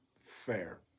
fair